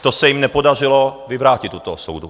To se jim nepodařilo vyvrátit u toho soudu.